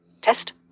Test